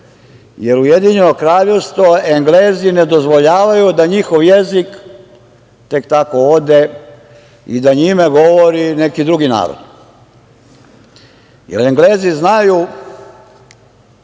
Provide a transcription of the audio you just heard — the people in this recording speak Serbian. jer Ujedinjeno Kraljevstvo, Englezi ne dozvoljavaju da njihov jezik tek tako ode i da njime govori neki drugi narod, jer Englezi znaju